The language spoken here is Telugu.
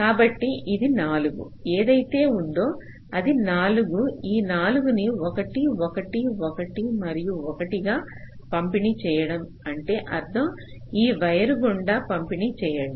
కాబట్టి ఇది 4 ఏదైతే ఉందో అది 4 ఈ 4 ని 1 1 1 మరియు 1 గా పంపిణీ చేయండి అంటే అర్థం ఈ వైరు గుండ పంపిణీ చేయండి